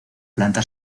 planta